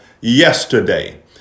yesterday